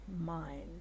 mind